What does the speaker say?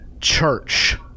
church